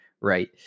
right